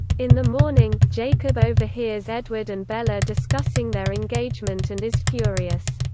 in the morning, jacob overhears edward and bella discussing their engagement and is furious.